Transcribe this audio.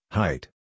height